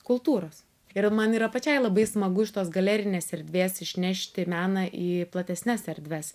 kultūros ir man yra pačiai labai smagu iš tos galerinės erdvės išnešti meną į platesnes erdves